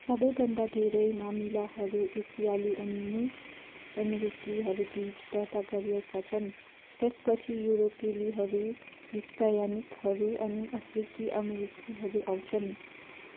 सबैभन्दा धेरै मामिलाहरू एसियाली अनि मूल अमेरिकीहरूबिच दर्ता गरिएका छन् त्यसपछि युरोपेलीहरू हिस्प्यानिकहरू अनि अफ्रिकी अमेरिकीहरू आउँछन्